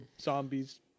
zombie's